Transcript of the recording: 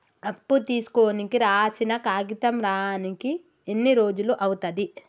అప్పు తీసుకోనికి రాసిన కాగితం రానీకి ఎన్ని రోజులు అవుతది?